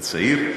אתה צעיר,